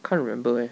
can't remember eh